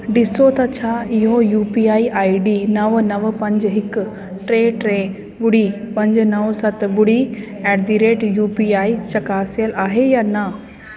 ॾिसो त छा इहो U P I I D नव नव पंज हिकु टे टे ॿुड़ी पंज नव सत ॿुड़ी at the rate U P I चकासियल आहे या न